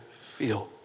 feel